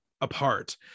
apart